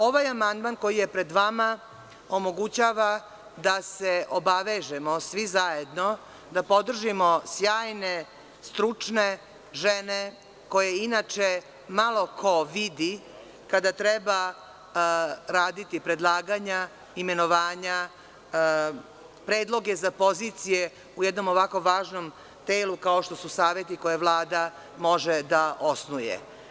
Ovaj amandman koji je pred vama omogućava da se svi zajedno obavežemo, da podržimo sjajne, stručne žene koje inače malo ko vidi kada treba raditi predlaganja imenovanja, predloge za pozicije u jednom ovako važnom telu kao što su saveti koje Vlada može da osnuje.